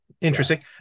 Interesting